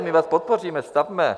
My vás podpoříme, stavme!